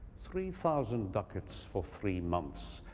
three thousand ducats for three months